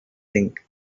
thing